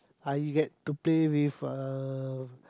I get to play with uh